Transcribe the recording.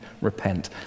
repent